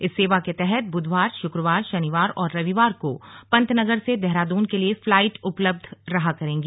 इस सेवा के तहत बुधवार शुक्रवार शनिवार और रविवार को पंतनगर से देहरादून के लिए फ्लाइट उपलब्ध रहा करेंगी